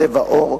צבע עור,